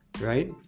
right